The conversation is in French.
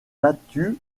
battu